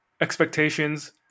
expectations